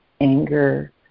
Anger